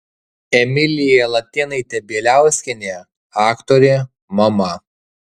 emilija latėnaitė bieliauskienė aktorė mama